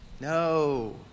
No